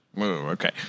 Okay